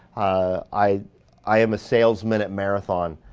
i i am a salesman at marathon.